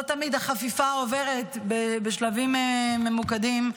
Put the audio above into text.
לא תמיד החפיפה עוברת בשלבים ממוקדים -- נכון.